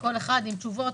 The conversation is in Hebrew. כל אחד עם תשובות,